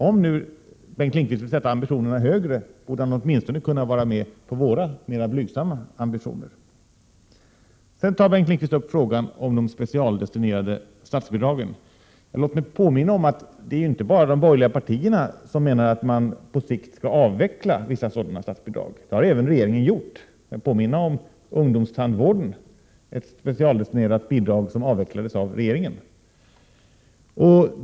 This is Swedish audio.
Om nu Bengt Lindqvist vill sätta ambitionerna högre, borde han väl åtminstone kunna vara med på våra, mera blygsamma ambitioner. Sedan tog Bengt Lindqvist upp frågan om de specialdestinerade statsbidragen. Låt mig påminna om att det inte bara är de borgerliga partierna som menar att man på sikt skall avveckla vissa sådana statsbidrag. Det har även regeringen gjort. Jag erinrar om det specialdestinerade bidraget till ungdomstandvården, som avvecklades av regeringen.